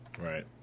Right